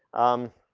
um,